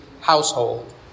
household